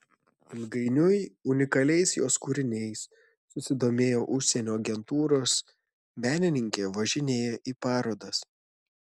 ilgainiui unikaliais jos kūriniais susidomėjo užsienio agentūros menininkė važinėja į parodas